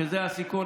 שזה הסיכום,